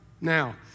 Now